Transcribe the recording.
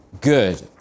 good